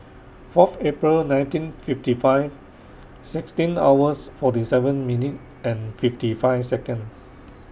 Fourth April nineteen fifty five sixteen hours forty seven minute and fifty five Second